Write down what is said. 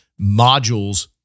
modules